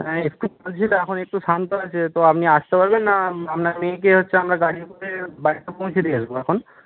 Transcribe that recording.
হ্যাঁ একটু বুঝিয়ে এখন একটু শান্ত আছে তো আপনি আসতে পারবেন না আপনার মেয়েকে হচ্ছে আমরা গাড়ি করে বাড়িতে পৌঁছে দিয়ে আসব এখন